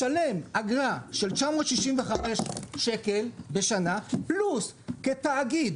משלם אגרה של 965 שקל בשנה פלוס כתאגיד